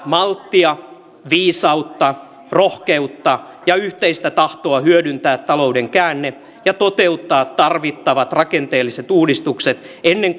malttia viisautta rohkeutta ja yhteistä tahtoa hyödyntää talouden käänne ja toteuttaa tarvittavat rakenteelliset uudistukset ennen